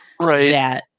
Right